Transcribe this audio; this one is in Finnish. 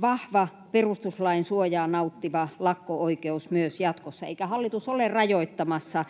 vahva, perustuslain suojaa nauttiva lakko-oikeus myös jatkossa, eikä hallitus ole rajoittamassa